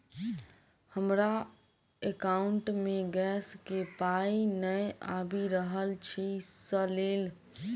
हमरा एकाउंट मे गैस केँ पाई नै आबि रहल छी सँ लेल?